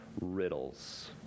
riddles